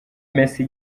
messi